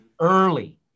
early